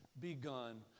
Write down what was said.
begun